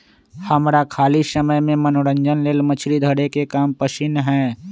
हमरा खाली समय में मनोरंजन लेल मछरी धरे के काम पसिन्न हय